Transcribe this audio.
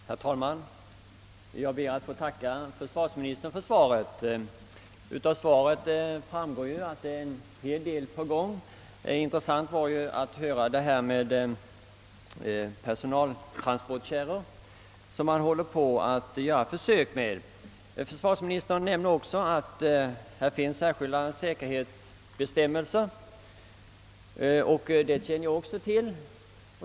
Herr talman! Jag ber att få tacka försvarsministern. för svaret på min fråga. Av svaret framgår att det är en del på gång på detta område. Det var intressant att höra talas. om de pågående försöken med s.k. personaltransportkärror. Försvarsministern nämnde också att det på detta område finns särskilda säkerhetsbestämmelser, vilket jag känner till.